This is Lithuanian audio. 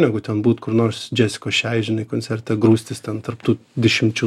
negu ten būt kur nors džesikos šei žinai koncerte grūstis ten tarp tų dešimčių